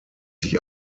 sich